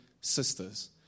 sisters